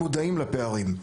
והם מודעים לפערים.